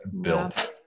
built